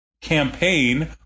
campaign